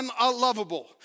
unlovable